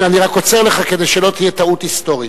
אני רק עוצר לך, כדי שלא תהיה טעות היסטורית.